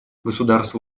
государства